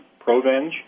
Provenge